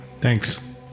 Thanks